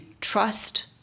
trust